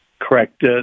Correct